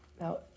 Now